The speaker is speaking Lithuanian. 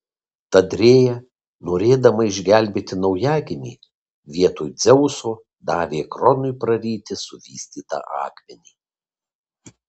tad rėja norėdama išgelbėti naujagimį vietoj dzeuso davė kronui praryti suvystytą akmenį